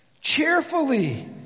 Cheerfully